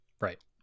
right